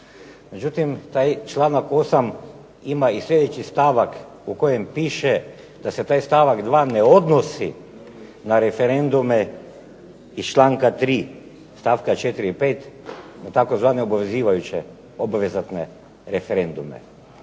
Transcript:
Međutim, taj članak 8. ima i sljedeći stavak u kojem piše da se taj stavak 2. ne odnosi na referendume iz članka 3. stavka 4. i 5. tzv. obvezatne referendume.